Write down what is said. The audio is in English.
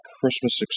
Christmas